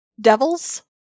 Devils